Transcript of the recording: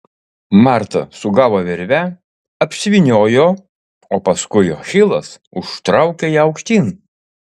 marta sugavo virvę apsivyniojo o paskui achilas užtraukė ją aukštyn